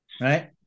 Right